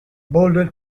boulder